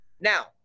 Now